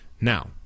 now